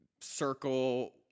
circle